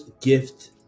gift